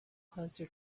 closer